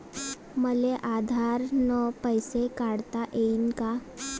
मले आधार न पैसे काढता येईन का?